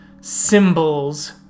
symbols